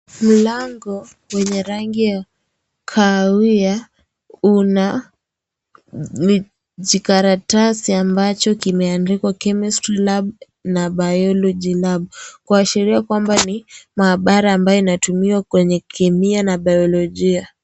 Mlango wenye rangi ya kahawia una jikaratasi ambacho kimeandikwa chemistry lab na biology lab . Kuashiria kwamba ni maabara ambayo inatumiwa kwenye kimia na biolojia.